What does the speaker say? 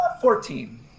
fourteen